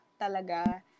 talaga